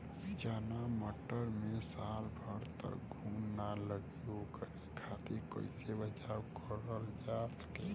चना मटर मे साल भर तक घून ना लगे ओकरे खातीर कइसे बचाव करल जा सकेला?